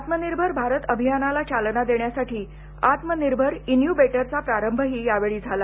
आत्मनिर्भर भारत अभियानाला चालना देण्यासाठी आत्मनिर्भर इन्क्यूबेटरचा प्रारंभही यावेळी झाला